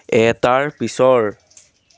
এটাৰ পিছৰ